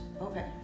Okay